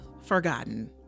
forgotten